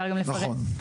נכון.